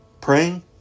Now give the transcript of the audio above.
praying